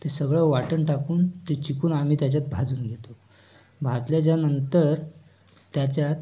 ते सगळं वाटण टाकून ते चिकुन आम्ही त्याच्यात भाजून घेतो भाजल्याच्या नंतर त्याच्यात